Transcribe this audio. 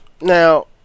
Now